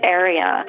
area